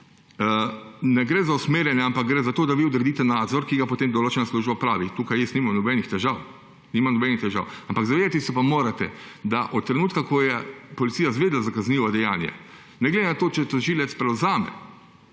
ne gre za usmerjanje, ampak gre za to, da vi odredite nadzor, ki ga potem določena služba opravi. Tukaj jaz nimam nobenih težav. Ampak zavedati se pa morate, da od trenutka, ko je policija izvedela za kaznivo dejanje, ne glede na to, če se tožilec odloči,